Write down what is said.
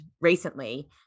recently